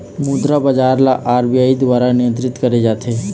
मुद्रा बजार ल आर.बी.आई दुवारा नियंत्रित करे जाथे